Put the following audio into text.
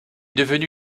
devenue